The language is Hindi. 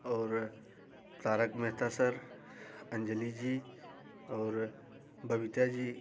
और तारक मेहता सर अंजली जी और बबीता जी